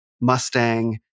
Mustang